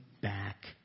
back